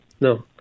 no